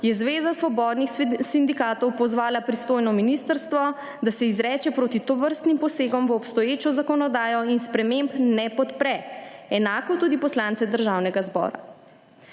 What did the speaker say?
je Zveza svobodnih sindikatov pozvala pristojno ministrstvo, da se izreče proti tovrstnim posegom v obstoječo zakonodajo in sprememb ne podpre. Enako tudi poslanci Državnega zbora.